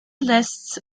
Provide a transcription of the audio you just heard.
lists